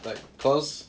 like cause